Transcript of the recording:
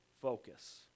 focus